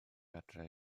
adre